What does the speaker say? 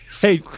Hey